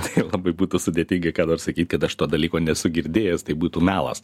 tai labai būtų sudėtinga ką nors sakyt kad aš to dalyko nesu girdėjęs tai būtų melas